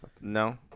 No